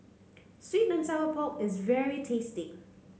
sweet and Sour Pork is very tasty